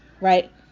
right